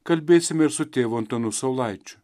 kalbėsime ir su tėvu antanu saulaičiu